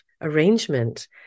arrangement